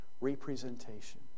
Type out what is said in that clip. representation